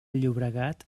llobregat